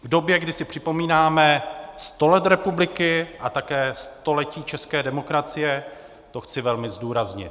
V době, kdy si připomínáme sto let republiky a také století české demokracie, to chci velmi zdůraznit.